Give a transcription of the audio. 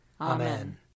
Amen